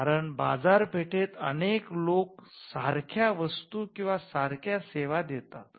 कारण बाजारपेठेत अनेक लोक सारख्या वस्तू किंवा सारख्या सेवा देतात